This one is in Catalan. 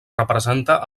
representa